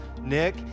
nick